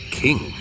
king